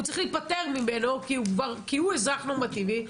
הוא צריך להיפטר ממנו כי הוא אזרח נורמטיבי,